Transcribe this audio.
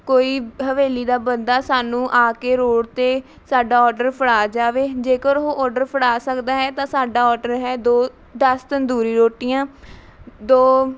ਕੋਈ ਹਵੇਲੀ ਦਾ ਬੰਦਾ ਸਾਨੂੰ ਆ ਕੇ ਰੋਡ 'ਤੇ ਸਾਡਾ ਔਰਡਰ ਫੜਾ ਜਾਵੇ ਜੇਕਰ ਉਹ ਔਰਡਰ ਫੜਾ ਸਕਦਾ ਹੈ ਤਾਂ ਸਾਡਾ ਔਰਡਰ ਹੈ ਦੋ ਦਸ ਤੰਦੂਰੀ ਰੋਟੀਆਂ ਦੋ